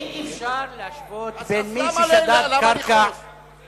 אי-אפשר להשוות בין מי ששדד קרקע, אז למה לכעוס?